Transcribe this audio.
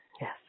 Yes